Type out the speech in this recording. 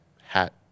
hat